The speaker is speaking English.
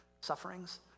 sufferings